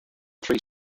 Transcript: three